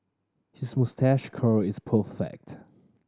his moustache curl is perfect